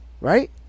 right